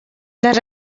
les